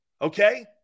Okay